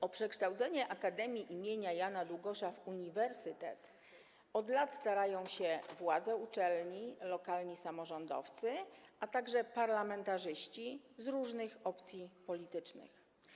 O przekształcenie Akademii im. Jana Długosza w uniwersytet od lat starają się władze uczelni, lokalni samorządowcy, a także parlamentarzyści z różnych opcji politycznych.